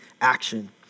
action